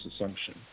assumption